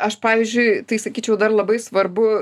aš pavyzdžiui tai sakyčiau dar labai svarbu